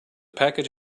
package